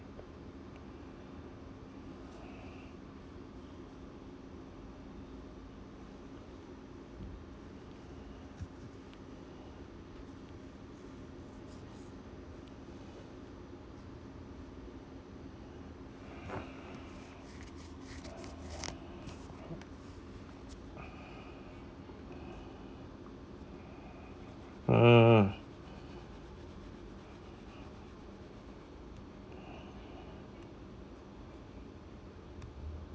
hmm hmm